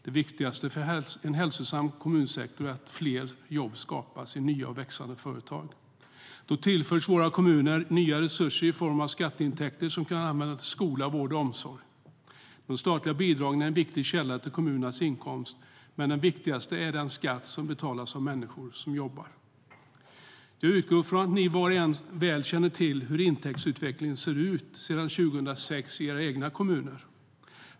Det viktigaste för en hälsosam kommunsektor är att fler jobb skapas i nya och växande företag. Då tillförs våra kommuner nya resurser i form av skatteintäkter som kan användas till skola, vård och omsorg. De statliga bidragen är en viktig källa till kommunernas inkomster. Men viktigast är den skatt som betalas av människor som jobbar. Jag utgår ifrån att ni var och en väl känner till hur intäktsutvecklingen ser ut sedan 2006 i era egna kommuner.